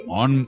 on